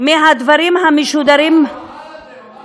מהדברים המשודרים, הוא אמר את זה.